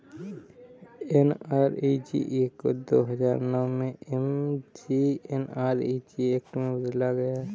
NREGA को दो हजार नौ में एम.जी.एन.आर.इ.जी एक्ट में बदला गया